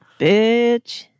bitch